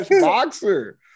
boxer